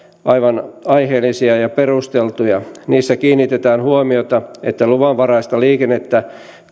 aivan aiheellisia ja perusteltuja niissä kiinnitetään huomiota siihen että luvanvaraista liikennettä